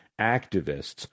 activists